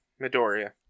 Midoriya